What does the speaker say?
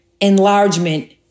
enlargement